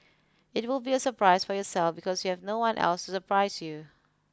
it will be a surprise for yourself because you have no one else to surprise you